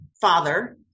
father